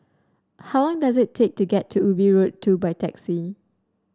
how long does it take to get to Ubi Road Two by taxi